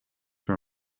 her